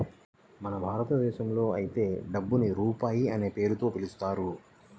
మన భారతదేశంలో అయితే డబ్బుని రూపాయి అనే పేరుతో పిలుస్తారు